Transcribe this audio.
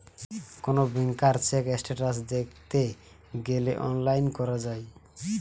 কোন ব্যাংকার check status দ্যাখতে গ্যালে অনলাইন করা যায়